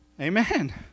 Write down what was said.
Amen